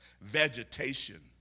vegetation